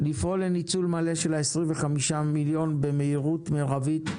לפעול לניצול מלא של 25,000,000 ₪ במהירות מרבית,